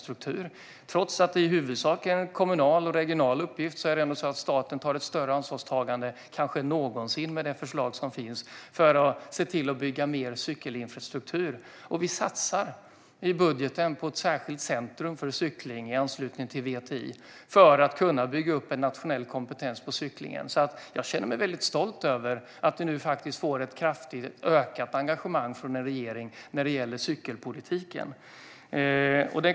Trots att det i huvudsak är en kommunal och regional uppgift tar staten med det förslag som finns ett större ansvar än kanske någonsin för att se till att bygga mer cykelinfrastruktur. Vi satsar också i budgeten på ett särskilt centrum för cykling i anslutning till VTI för att kunna bygga upp en nationell kompetens gällande cykling. Så jag känner mig väldigt stolt över att vi nu får ett kraftigt ökat engagemang från regeringen när det gäller cykelpolitiken.